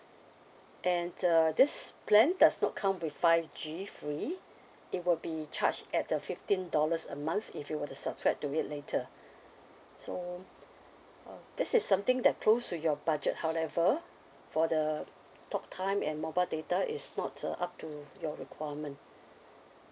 and uh this plan does not come with five G free it will be charged at uh fifteen dollars a month if you were to subscribe to it later so uh this is something that close to your budget however for the talk time and mobile data is not uh up to your requirement